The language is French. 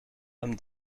homme